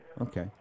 Okay